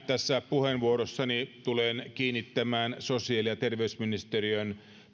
tässä puheenvuorossani tulen kiinnittämään sosiaali ja terveysministeriön